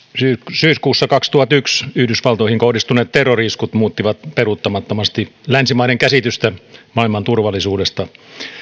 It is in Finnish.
syyskuussa kaksituhattayksi yhdysvaltoihin kohdistuneet terrori iskut muuttivat peruuttamattomasti länsimaiden käsitystä maailman turvallisuudesta